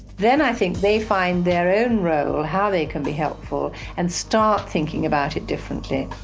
then i think they find their own role, how they can be helpful, and start thinking about it differently.